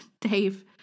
Dave